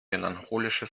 melancholische